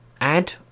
add